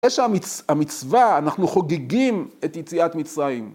‫כשהמצווה אנחנו חוגגים ‫את יציאת מצרים.